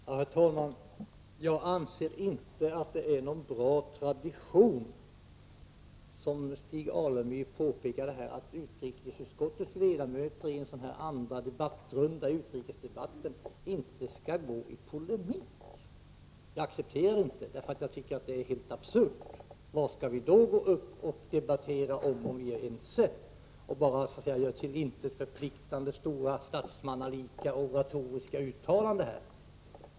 Herr talman! Jag anser inte att det är någon bra tradition, som Stig Alemyr här påpekade, att utrikesutskottets ledamöter i en sådan här andra debattrunda i utrikesdebatten inte skall gå i polemik. Jag accepterar inte det, det är helt absurt. Vad skall vi då gå upp och debattera om, om vi är ense och så att säga bara gör till intet förpliktande, stora statsmannalika oratoriska uttalanden?